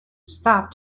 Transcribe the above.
stop